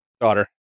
daughter